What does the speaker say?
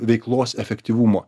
veiklos efektyvumo